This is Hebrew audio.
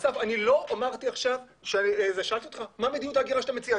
אסף, שאלתי אותך מה מדיניות ההגירה שאתה מציע.